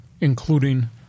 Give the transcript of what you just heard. including